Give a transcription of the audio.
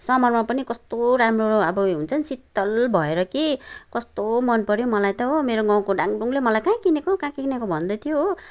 समरमा पनि कस्तो राम्रो अब हुन्छ नि शीतल भएर कि कस्तो मन पर्यो मलाई त हो मेरो गाउँको डाङडुङले मलाई कहाँ किनेको कहाँ किनेको भन्दै थियो हो